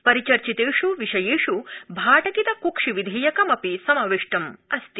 परिचर्चितेष् विषयेष् भाटकित क्क्षि विधेयकम् अपि समाविष्टमस्ति